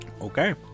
Okay